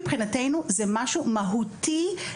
מבחינתנו זה משהו מהותי,